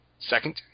Second